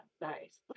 nice